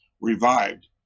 revived